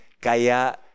Kaya